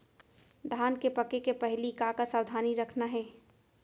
धान के पके के पहिली का का सावधानी रखना हे?